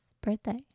birthday